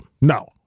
No